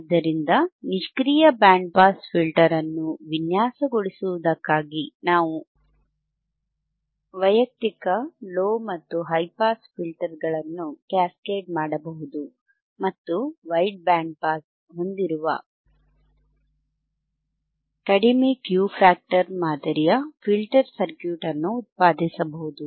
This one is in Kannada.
ಆದ್ದರಿಂದ ನಿಷ್ಕ್ರಿಯ ಬ್ಯಾಂಡ್ ಪಾಸ್ ಫಿಲ್ಟರ್ ಅನ್ನು ವಿನ್ಯಾಸಗೊಳಿಸುವುದಕ್ಕಾಗಿ ನಾವು ವೈಯಕ್ತಿಕ ಲೊ ಮತ್ತು ಹೈ ಪಾಸ್ ಫಿಲ್ಟರ್ಗಳನ್ನು ಕ್ಯಾಸ್ಕೇಡ್ ಮಾಡಬಹುದು ಮತ್ತು ವೈಡ್ಬ್ಯಾಂಡ್ ಪಾಸ್ ಹೊಂದಿರುವ ಕಡಿಮೆ ಕ್ಯೂ ಫ್ಯಾಕ್ಟರ್ ಮಾದರಿಯ ಫಿಲ್ಟರ್ ಸರ್ಕ್ಯೂಟ್ ಅನ್ನು ಉತ್ಪಾದಿಸಬಹುದು